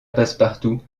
passepartout